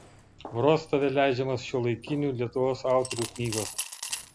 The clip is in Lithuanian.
vroclave leidžiamos šiuolaikinių lietuvos autorių knygos